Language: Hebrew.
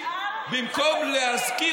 במקום להזכיר,